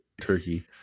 turkey